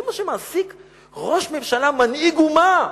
זה מה שמעסיק ראש ממשלה, מנהיג אומה?